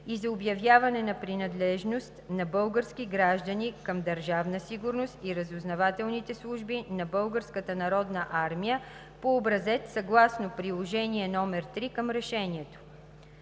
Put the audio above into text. и за обявяване на принадлежност на български граждани към Държавна сигурност и разузнавателните служби на Българската народна армия по образец съгласно приложение № 3 към решението.